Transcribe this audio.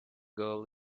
girl